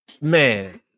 man